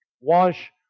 Wash